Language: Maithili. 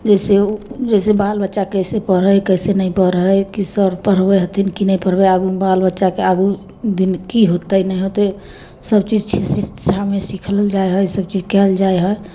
जैसे जैसे बाल बच्चा कैसे पढ़ै कैसे नहि पढ़ै कि सर पढ़बै हथिन कि नहि पढ़बै आगूमे बाल बच्चाके आगू दिन की होतै नहि होतै सब चीज सुख सुविधामे सीखल जाइ हइ सब चीज कयल जाइ हइ